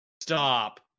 Stop